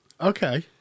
okay